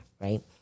Right